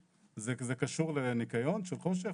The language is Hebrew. זה קשור לניקיון של חושך?